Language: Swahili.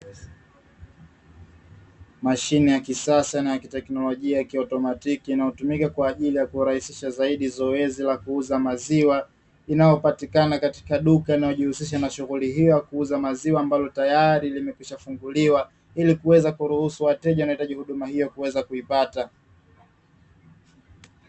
Mashine ya kisasa na ya kiteknolojia ya kiotomatiki, inayotumika kwa ajili ya kurahisisha zaidi zoezi la kuuza maziwa, inayopatikana katika duka linalojihusisha na shughuli hiyo ya kuuza maziwa, ambalo tayari limekwisha funguliwa ili kuweza kuruhusu wateja wanaohitaji huduma hiyo kuweza kuipata.